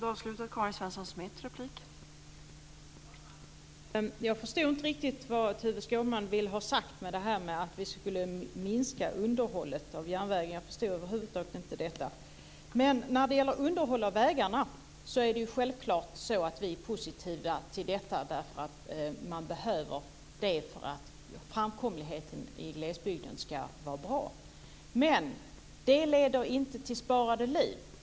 Fru talman! Jag förstod inte riktigt vad Tuve Skånberg vill ha sagt med att vi vill minska underhållet av järnvägen. Jag förstår över huvud taget inte detta. Vi är självklart positiva till underhåll av vägarna. Det behövs för en bra framkomlighet i glesbygden. Men det leder inte till sparade liv.